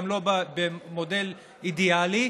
גם לא במודל אידיאלי,